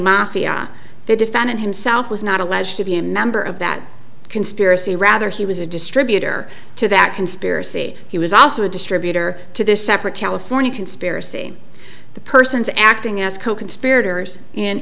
mafia the defendant himself was not alleged to be a member of that conspiracy rather he was a distributor to that conspiracy he was also a distributor to this separate california conspiracy the persons acting as